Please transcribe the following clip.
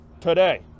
Today